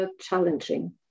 challenging